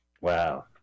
Wow